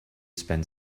spend